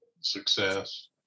success